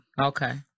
Okay